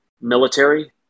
military